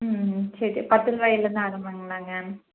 ம் ம் சரி பத்து ரூபாயிலேருந்து ஆரம்பங்களாங்க